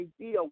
idea